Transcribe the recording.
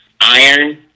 iron